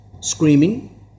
screaming